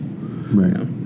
Right